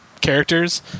characters